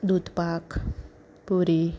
દૂધપાક પુરી